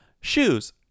Shoes